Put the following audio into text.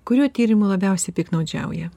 kuriuo tyrimu labiausiai piktnaudžiauja